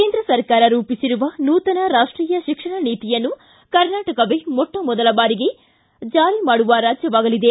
ಕೇಂದ್ರ ಸರಕಾರ ರೂಪಿಸಿರುವ ನೂತನ ರಾಷ್ಟೀಯ ಶಿಕ್ಷಣ ನೀತಿಯನ್ನು ಕರ್ನಾಟಕವೇ ಮೊಟ್ಟ ಮೊದಲಿಗೆ ಜಾರಿ ಮಾಡುವ ರಾಜ್ಯವಾಗಲಿದೆ